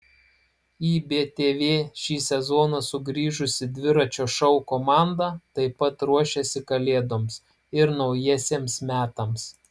į btv šį sezoną sugrįžusi dviračio šou komanda taip pat ruošiasi kalėdoms ir naujiesiems metams